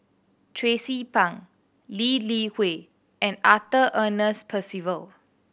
Tracie Pang Lee Li Hui and Arthur Ernest Percival